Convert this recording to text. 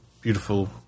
beautiful